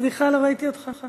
סליחה, לא ראיתי אותך.